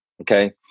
okay